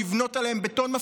לבנות עליהם בטון,